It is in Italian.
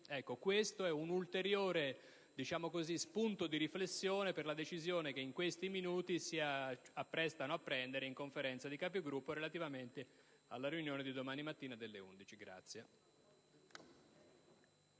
Questo è un ulteriore spunto di riflessione per la decisione che in questi minuti si apprestano a prendere in Conferenza dei Capigruppo, in relazione alla riunione di domani mattina alle ore